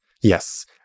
Yes